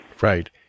Right